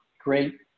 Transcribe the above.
great